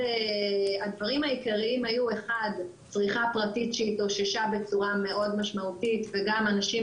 הדברים העיקריים היו צמיחה פרטית שהתאוששה בצורה מאוד משמעותית וגם אנשים